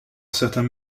certains